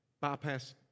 bypass